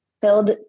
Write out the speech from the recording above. filled